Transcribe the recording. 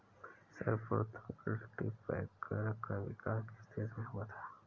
सर्वप्रथम कल्टीपैकर का विकास किस देश में हुआ था?